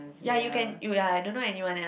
ya you can you ya I don't know anyone else